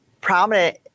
prominent